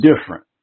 different